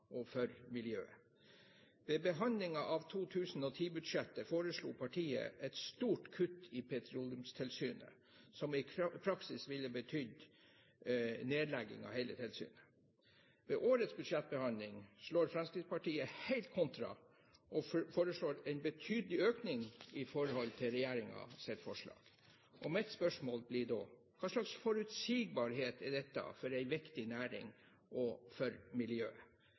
og for miljøet. Ved behandlingen av 2010-budsjettet foreslo partiet et stort kutt i bevilgningen til Petroleumstilsynet som i praksis ville betydd nedlegging av hele tilsynet. Ved årets budsjettbehandling slår Fremskrittspartiet helt kontra og foreslår en betydelig økning i forhold til regjeringens forslag. Mitt spørsmål blir da: Hva slags forutsigbarhet er dette for en viktig næring og for miljøet?